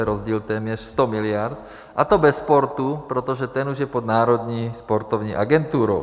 To je rozdíl téměř 100 miliard, a to bez sportu, protože ten už je pod Národní sportovní agenturou.